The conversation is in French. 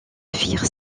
firent